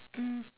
mm